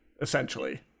essentially